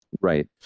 Right